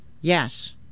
Yes